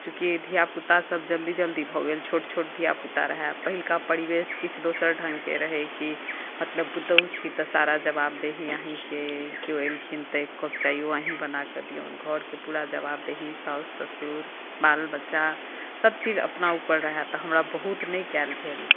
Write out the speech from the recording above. चूँकि धियापुतासभ जल्दी जल्दी भऽ गेल छोट छोट धियापुता रहए पहिलका परिवेश किछु दोसर ढङ्गके रहै कि मतलब पुतहु छी तऽ सारा जवाबदेही अहीँके अइ कियो एलखिन तऽ एक कप चाहो अहीँ बनाके दियौन घरके पूरा जवाबदेही सासु ससुर बाल बच्चासभ चीज अपना ऊपर रहए तऽ हमरा बहुत नहि कयल भेल